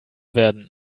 werden